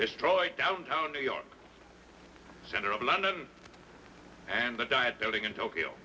it's troy downtown new york center of london and the diet building in tokyo